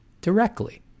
directly